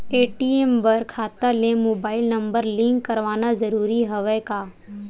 ATM बर खाता ले मुबाइल नम्बर लिंक करवाना ज़रूरी हवय का?